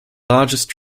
largest